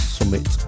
Summit